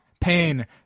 pain